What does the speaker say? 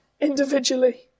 individually